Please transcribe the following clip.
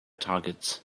targets